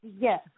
Yes